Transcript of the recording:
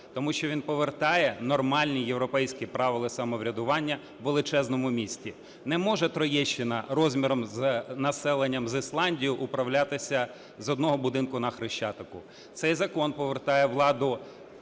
тому що він повертає нормальні європейські правила самоврядування у величезному місті. Не може Троєщина розміром з… населенням з Ісландію управлятися з одного будинку на Хрещатику. Цей закон повертає владу